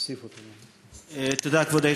כבוד היושב-ראש,